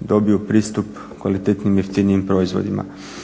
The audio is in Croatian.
dobiju pristup kvalitetnijim, jeftinijim proizvodima.